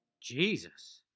Jesus